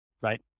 right